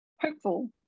hopeful